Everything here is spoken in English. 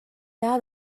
out